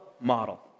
model